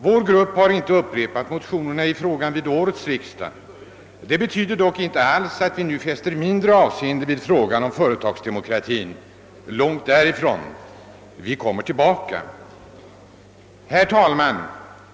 Vår grupp har inte upprepat motionerna i frågan vid årets riksdag. Det betyder dock ingalunda att vi nu fäster mindre avseende vid frågan om företagsdemokrati — långt därifrån; vi kommer tillbaka. Herr talman!